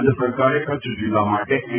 રાજ્ય સરકારે કચ્છ જિલ્લા માટે એન